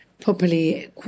properly